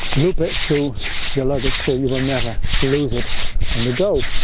loop it through your luggage so you will never lose it on the go.